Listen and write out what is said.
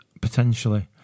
potentially